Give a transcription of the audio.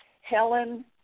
Helen